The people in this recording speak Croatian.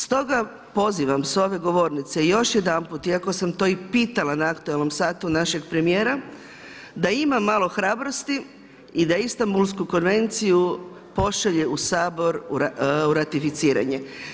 Stoga pozivam s ove govornice još jedanput, iako sam to i pitala na aktualnom satu našeg premijera, da imamo malo hrabrosti i da Istanbulsku konvenciju pošalje u Sabor u ratificiranje.